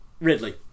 Ridley